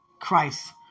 Christ